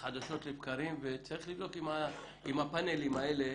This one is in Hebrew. חדשות לבקרים, וצריך לבדוק אם הפאנלים האלה